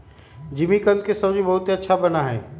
जिमीकंद के सब्जी बहुत अच्छा बना हई